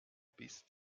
bist